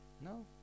No